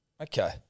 Okay